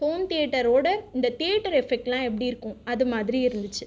home தியேட்டரோடய அந்த theatre எஃபெக்ட்லாம் எப்படி இருக்கும் அது மாதிரி இருந்துச்சு